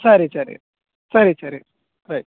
ಸರಿ ಸರಿ ಸರಿ ಸರಿ ಸರಿ